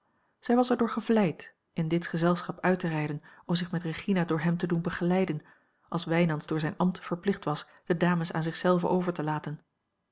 zij was er door gevleid in dit gezelschap uit te rijden of zich met regina door hem te doen begeleiden als wijnands door zijn ambt verplicht was de dames aan zich zelve over te laten